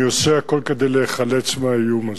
אני עושה הכול כדי להיחלץ מהאיום הזה.